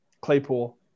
Claypool